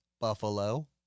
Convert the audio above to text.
Buffalo